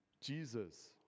Jesus